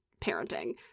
parenting